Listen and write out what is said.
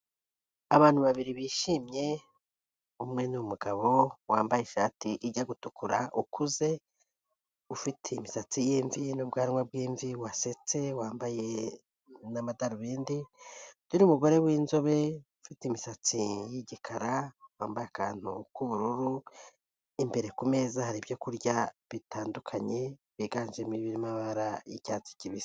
Abantu babiri bishimye. Umwe ni umugabo wambaye ishati ijya gutukura ukuze ufite imisatsi y'imvi n'ubwanwa bw'imvi, wasetse, wambaye n'amadarubindi. Dore ni umugore w'inzobe ufite imisatsi y'igikara, wambaye akantu k'ubururu. Imbere ku meza hari ibyokurya bitandukanye byiganjemo ibirimo ibara ry'icyatsi kibisi.